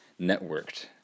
networked